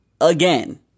again